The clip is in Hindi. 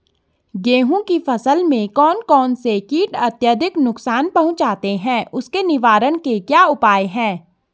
गेहूँ की फसल में कौन कौन से कीट अत्यधिक नुकसान पहुंचाते हैं उसके निवारण के क्या उपाय हैं?